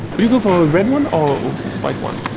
we go for a red one or white one.